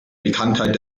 bekanntheit